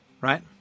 right